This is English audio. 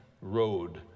road